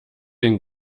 den